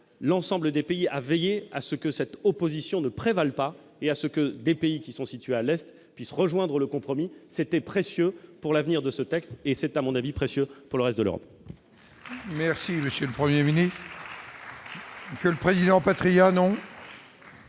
l'ensemble des pays à veiller à ce que cette opposition ne prévalent pas et à ce que des pays qui sont situés à l'Est puisse rejoindre le compromis c'était précieux pour l'avenir de ce texte et c'est à mon avis précieux pour le reste de l'Europe.